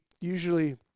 usually